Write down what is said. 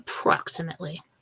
Approximately